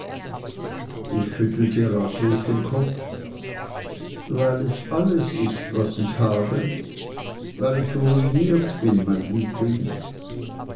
ich schüttelte ratlos den kopf weil es alles ist was ich habe weil ich ruiniert bin mein liebling